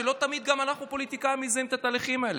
לא תמיד גם אנחנו הפוליטיקאים מזהים את התהליכים האלה.